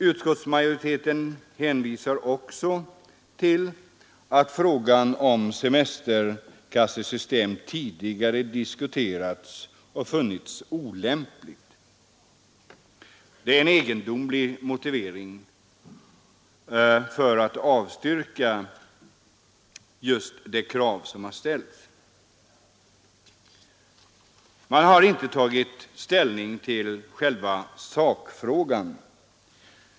Utskottsmajoriteten hänvisar också till att frågan om semesterkassesystem tidigare diskuterats men befunnits olämpligt. Det är en egendomlig motivering för att avstyrka det krav som har ställts. Man har inte tagit ställning till själva sakfrågan.